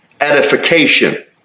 edification